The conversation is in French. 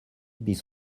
bis